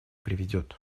приведет